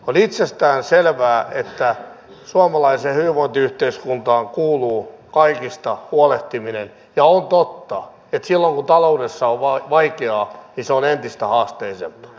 on itsestään selvää että suomalaiseen hyvinvointiyhteiskuntaan kuuluu kaikista huolehtiminen ja on totta että silloin kun taloudessa on vaikeaa se on entistä haasteellisempaa